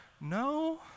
No